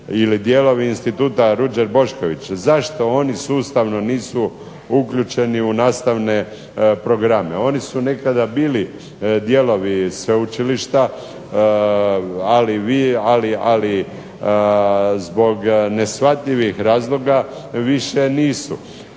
ili dijelovi Instituta "Ruđer Bošković". Zašto oni sustavno nisu uključeni u nastavne programe, oni su nekada bili dijelovi sveučilišta, ali zbog neshvatljivih razloga više nisu.